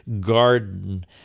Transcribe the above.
garden